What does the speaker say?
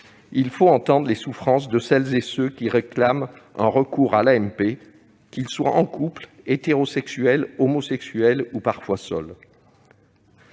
Il faut entendre les souffrances de celles et ceux qui réclament un recours à l'AMP, qu'ils soient en couple hétérosexuel, homosexuel ou, parfois, seuls